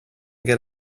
get